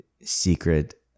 secret